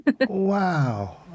Wow